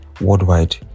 worldwide